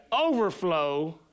overflow